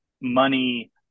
money